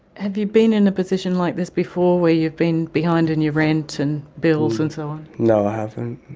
have you been in a position like this before where you've been behind in your rent and bills and so on? no i haven't.